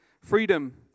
Freedom